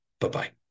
Bye-bye